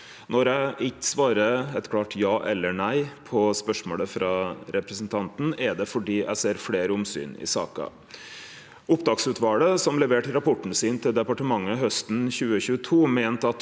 Når eg ikkje svarer eit klart ja eller nei på spørsmålet frå representanten, er det fordi eg ser fleire omsyn i saka. Opptaksutvalet, som leverte rapporten sin til departementet hausten 2022, meinte at